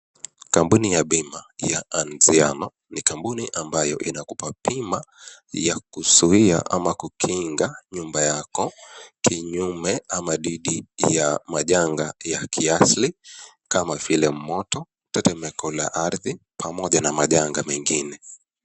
Kampuni ya bima ya Anziano ni kampuni ambayo inakupa bima ya kuzuia ama kukinga nyumba yako kinyume ama dhidi ya majanga ya kiasili kama vile moto, tetemeko la ardhi pamoja na majanga mengine.